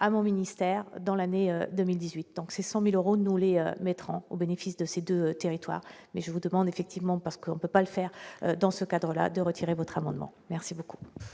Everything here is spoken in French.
à mon ministère dans l'année 2018 ans que ces 100000 euros, nous les mettre en au bénéfice de ces 2 territoires mais je vous demande effectivement parce que on peut pas le faire dans ce cadre-là, de retirer votre amendement merci beaucoup.